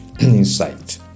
insight